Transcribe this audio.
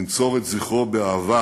ננצור את זכרו באהבה